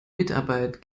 mitarbeit